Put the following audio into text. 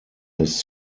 his